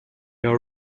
are